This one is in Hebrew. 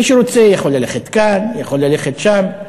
מי שרוצה יכול ללכת כאן, יכול ללכת שם.